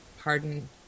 pardon